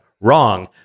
Wrong